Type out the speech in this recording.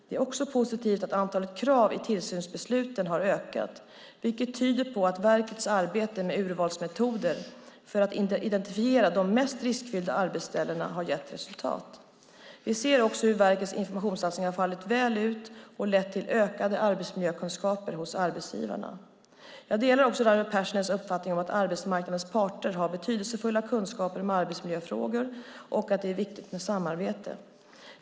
Det är också positivt att antalet krav i tillsynsbesluten har ökat, vilket tyder på att verkets arbete med urvalsmetoder för att identifiera de mest riskfyllda arbetsställena har gett resultat. Vi ser också hur verkets informationssatsningar har fallit ut väl och lett till ökade arbetsmiljökunskaper hos arbetsgivarna. Jag delar också Raimo Pärssinens uppfattning att arbetsmarknadens parter har betydelsefulla kunskaper om arbetsmiljöfrågor och att det är viktigt med samarbete.